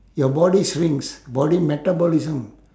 your body shrinks body metabolism